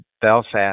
Belfast